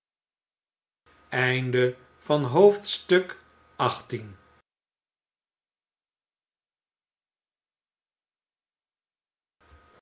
bewoners van het